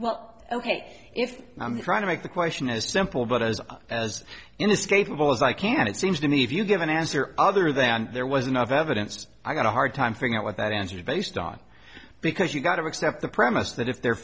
well ok if i'm trying to make the question as simple but as i as inescapable as i can it seems to me if you give an answer other than there was enough evidence i got a hard time thing out what that answer is based on because you've got to accept the premise that if they're